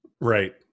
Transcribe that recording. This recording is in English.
Right